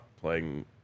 playing